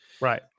Right